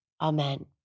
Amen